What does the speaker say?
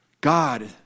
God